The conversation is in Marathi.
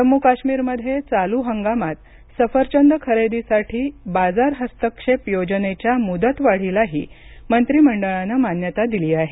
जम्मू काश्मीरमध्ये चालू हंगामात सफरचंद खरेदीसाठी बाजार हस्तक्षेप योजनेच्या मुदतवाढीलाही मंत्रीमंडळानं मान्यता दिली आहे